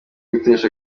gutesha